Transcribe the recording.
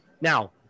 Now